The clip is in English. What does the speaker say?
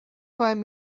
find